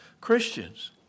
Christians